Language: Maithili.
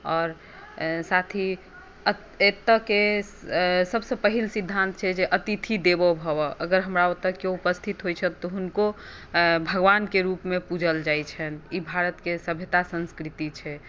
आओर साथ ही एतय केँ सभसँ पहिल सिद्धान्त छै जे अतिथि देवो भवः अगर हमरा ओतय कियो उपस्थित होइ छथि तऽ हुनको भगवानकेँ रूपमे पूजल जाइत छनि ई भारतकेँ सभ्यता संस्कृति छै